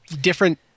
different